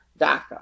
DACA